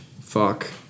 fuck